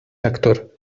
actor